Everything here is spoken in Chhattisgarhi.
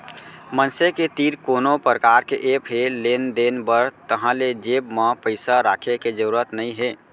मनसे के तीर कोनो परकार के ऐप हे लेन देन बर ताहाँले जेब म पइसा राखे के जरूरत नइ हे